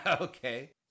Okay